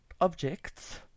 objects